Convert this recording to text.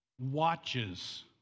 watches